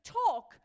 talk